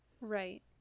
right